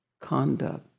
conduct